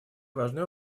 важной